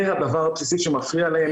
זה הדבר הבסיסי שמפריע להם.